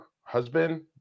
husband